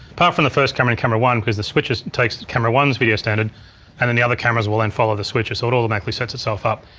apart from the first camera in camera one, cause the switcher takes camera one's video standard and then the other cameras will then follow the switcher. so it automatically sets itself up.